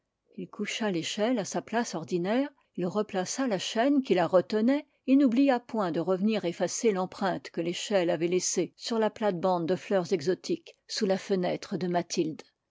il coucha l'échelle à sa place ordinaire il replaça la chaîne qui la retenait il n'oublia point de revenir effacer l'empreinte que l'échelle avait laissée dans la plate-bande de fleurs exotiques sous la fenêtre de mathilde